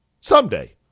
Someday